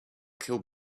kill